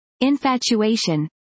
infatuation